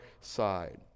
side